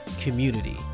community